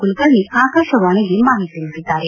ಕುಲಕರ್ಣೀ ಆಕಾಶವಾಣಿಗೆ ಮಾಹಿತಿ ನೀಡಿದ್ದಾರೆ